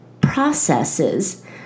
processes